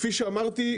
כפי שאמרתי,